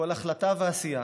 כל החלטה ועשייה